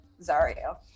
Zario